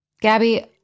Gabby